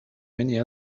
many